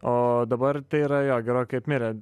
o dabar tai yra jo gerokai apmirę